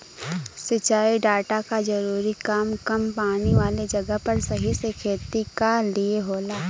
सिंचाई डाटा क जरूरी काम कम पानी वाले जगह पर सही से खेती क लिए होला